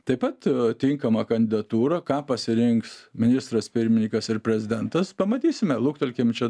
taip pat tinkama kandidatūra ką pasirinks ministras pirminykas ir prezidentas pamatysime luktelkim čia